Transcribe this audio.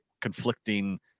conflicting